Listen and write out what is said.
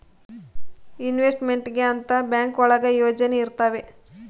investment ಗೆ ಅಂತ bank ಒಳಗ ಯೋಜನೆ ಇರ್ತವೆ